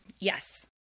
Yes